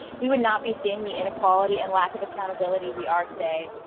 we would not be seeing the inequality and lack of accountability, we are today.